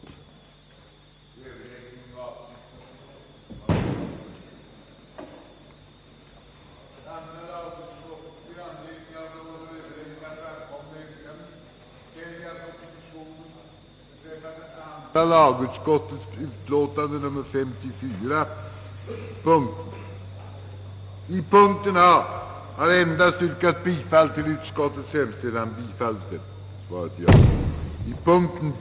att riksdagen — i händelse detta yrkande ej skulle vinna riksdagens bifall — i skrivelse till Kungl. Maj:t måtte hemställa om initiativ till att sådan ändring i tillämpningsbestämmelserna för nämnda lag vidtoges, att nuvarande gräns, då ingen reducering av den pensionsgrundande inkomsten inträdde, fastställdes till en mera realistisk nivå.